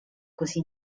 così